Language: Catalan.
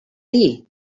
dir